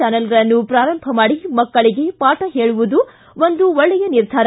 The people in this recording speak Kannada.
ಚಾನೆಲ್ಗಳನ್ನು ಪೂರಂಭ ಮಾಡಿ ಮಕ್ಕಳಿಗೆ ಪಾಠ ಹೇಳುವುದು ಒಂದು ಒಳ್ಳೆಯ ನಿರ್ಧಾರ